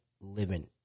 Living